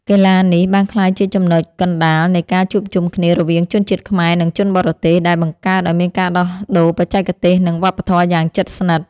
កីឡានេះបានក្លាយជាចំណុចកណ្ដាលនៃការជួបជុំគ្នារវាងជនជាតិខ្មែរ និងជនបរទេស ដែលបង្កើតឱ្យមានការដោះដូរបច្ចេកទេស និងវប្បធម៌យ៉ាងជិតស្និទ្ធ។